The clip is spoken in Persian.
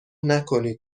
نکنید